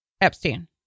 Epstein